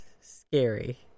scary